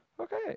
Okay